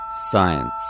Science